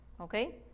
Okay